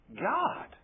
God